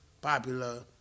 popular